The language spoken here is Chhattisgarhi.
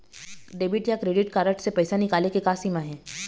डेबिट या क्रेडिट कारड से पैसा निकाले के का सीमा हे?